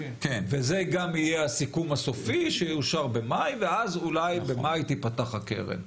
וזה גם יהיה הסיכום הסופי שיאושר במאי ואז אולי במאי תיפתח הקרן,